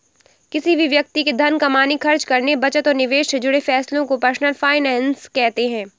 किसी भी व्यक्ति के धन कमाने, खर्च करने, बचत और निवेश से जुड़े फैसलों को पर्सनल फाइनैन्स कहते हैं